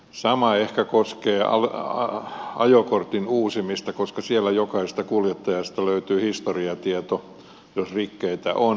sama ehkä koskee ajokortin uusimista koska siellä jokaisesta kuljettajasta löytyy historiatieto jos rikkeitä on